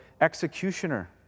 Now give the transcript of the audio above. executioner